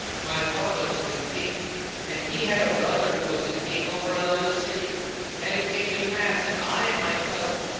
my father was a king and he had a brother who was a king over another city and it came to pass that i and my cousin,